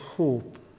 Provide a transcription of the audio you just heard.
hope